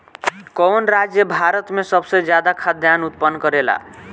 कवन राज्य भारत में सबसे ज्यादा खाद्यान उत्पन्न करेला?